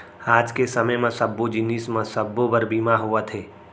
आज के समे म सब्बो जिनिस म सबो बर बीमा होवथे